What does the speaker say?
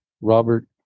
Robert